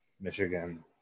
Michigan